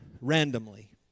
randomly